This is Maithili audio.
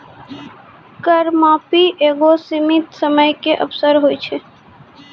कर माफी एगो सीमित समय के अवसर होय छै